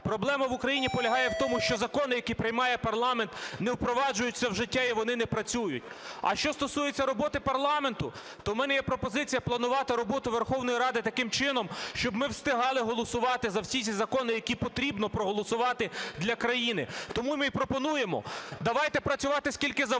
Проблема в Україні полягає в тому, що закони, які приймає парламент, не впроваджуються в життя, і вони не працюють. А що стосується роботи парламенту, то в мене є пропозиція планувати роботу Верховної Ради таким чином, щоб ми встигали голосувати за всі ті закони, які потрібно проголосувати для країни. Тому ми і пропонуємо, давайте працювати скільки завгодно,